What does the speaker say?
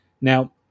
Now